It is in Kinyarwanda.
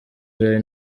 jolly